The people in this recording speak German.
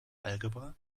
algebra